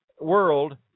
world